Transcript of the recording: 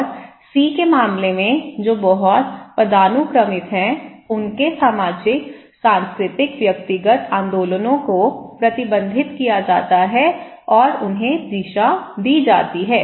और सी के मामले में जो बहुत पदानुक्रमित है उनके सामाजिक सांस्कृतिक व्यक्तिगत आंदोलनों को प्रतिबंधित किया जाता है और उन्हें दिशा दी जाती है